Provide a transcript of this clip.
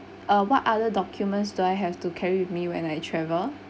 uh what other documents do I have to carry with me when I travel